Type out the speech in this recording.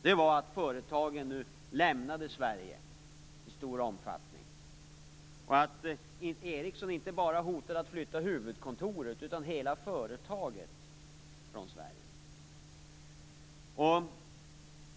Det var att företagen nu lämnade Sverige i stor omfattning, och att Ericsson inte bara hotade med att flytta huvudkontoret utan hela företaget från Sverige.